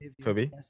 Toby